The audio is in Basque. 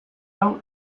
hau